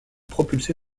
propulsé